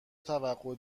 توقع